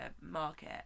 market